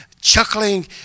chuckling